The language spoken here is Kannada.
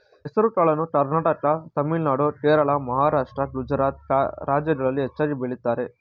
ಹೆಸರುಕಾಳನ್ನು ಕರ್ನಾಟಕ ತಮಿಳುನಾಡು, ಕೇರಳ, ಮಹಾರಾಷ್ಟ್ರ, ಗುಜರಾತ್ ರಾಜ್ಯಗಳಲ್ಲಿ ಹೆಚ್ಚಾಗಿ ಬೆಳಿತರೆ